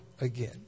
again